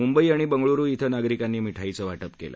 मुंबई आणि बंगळुरु इथं नागरिकांनी मिठाईचं वाटप केलं